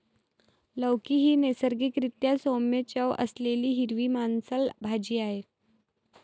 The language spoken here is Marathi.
लौकी ही नैसर्गिक रीत्या सौम्य चव असलेली हिरवी मांसल भाजी आहे